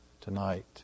tonight